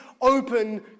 open